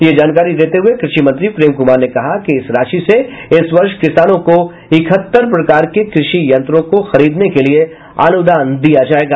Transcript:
ये जानकारी देते हुए कृषि मंत्री प्रेम कुमार ने कहा कि इस राशि से इस वर्ष किसानों को इकहत्तर प्रकार के कृषि यंत्रों को खरीदने के लिए अनुदान दिया जायेगा